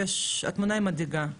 שהתמונה היא מדאיגה.